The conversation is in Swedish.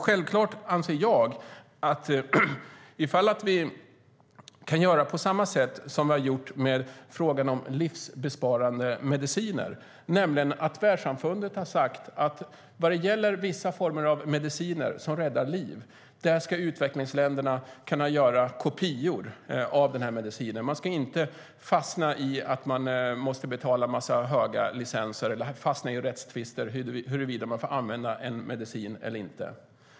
Självklart anser jag att vi borde undersöka om vi kan göra på samma sätt som vi har gjort i fråga om livräddande mediciner. Världssamfundet har sagt att när det gäller vissa former av mediciner som räddar liv ska utvecklingsländerna kunna göra kopior av de medicinerna. Man ska inte fastna i att man måste betala en massa dyra licenser eller i rättstvister om huruvida man får använda en medicin eller inte.